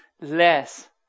less